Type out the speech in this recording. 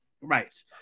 Right